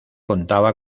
contaba